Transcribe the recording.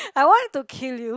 I want to kill you